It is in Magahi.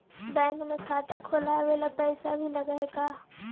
बैंक में खाता खोलाबे ल पैसा भी लग है का?